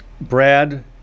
Brad